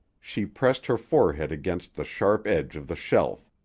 she pressed her forehead against the sharp edge of the shelf,